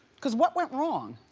cause what went wrong?